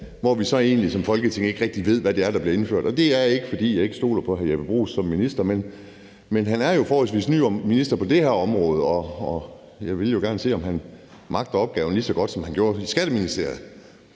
egentlig som Folketing ikke rigtig ved, hvad det er, der bliver indført? Det er ikke, fordi jeg ikke stoler på hr. Jeppe Bruus som minister. Men han er jo forholdsvis ny minister på det her område, og jeg vil jo gerne se, om han magter opgaven lige så godt, som han gjorde som skatteminister.